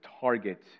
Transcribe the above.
target